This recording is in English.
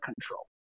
control